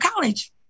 college